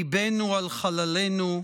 ליבנו על חללינו,